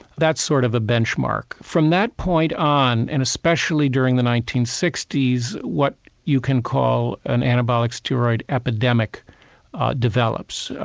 that's sort of a benchmark. from that point on, and especially during the nineteen sixty s, what you can call an anabolic steroid epidemic develops.